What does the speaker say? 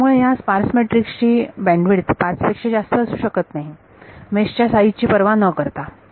तर त्यामुळे ह्या स्पार्स मॅट्रिक्स ची बँडविड्थ 5 पेक्षा जास्त असू शकत नाही मेश च्या साईझ ची पर्वा न करता